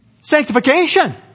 Sanctification